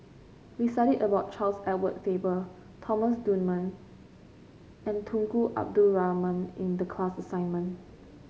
we studied about Charles Edward Faber Thomas Dunman and Tunku Abdul Rahman in the class assignment